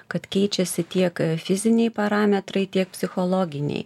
kad keičiasi tiek fiziniai parametrai tiek psichologiniai